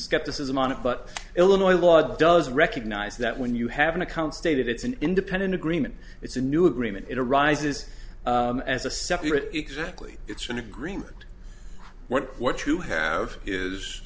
skepticism on it but illinois law does recognize that when you have an account stated it's an independent agreement it's a new agreement it arises as a separate exactly it's an agreement what what you have